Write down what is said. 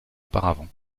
auparavant